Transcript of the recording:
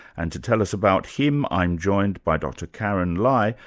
and to tell us about him, i'm joined by dr karyn lai,